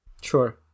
Sure